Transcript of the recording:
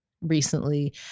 recently